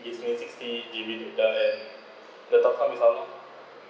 is no sixty G_B data plan the talk time is how long